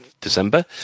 December